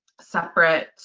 separate